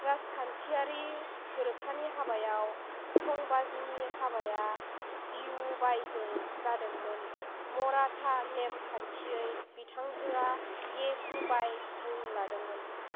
राजखान्थियारि गोरोबथानि हाबायाव संबाजीनि हाबाया जिवुबाईजों जादोंमोन मराठा नेम खान्थियै बिथांजोया येसुबाई मुं लादोंमोन